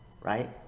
right